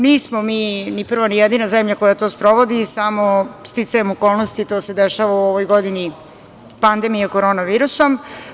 Nismo mi ni prva, ni jedina zemlja koja to sprovodi, samo sticajem okolnosti to se dešava u ovoj godini, pandemije korona virusom.